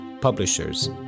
publishers